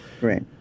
Right